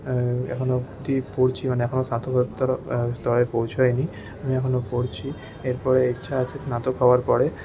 এখনও অবধি পড়ছি মানে এখনও স্নাতকোত্তর স্তরে পৌঁছায়নি আমি এখনও পড়ছি এরপরে ইচ্ছা আছে স্নাতক হওয়ার পরে